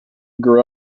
grew